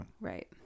Right